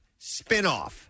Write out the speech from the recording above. spinoff